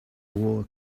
war